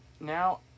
Now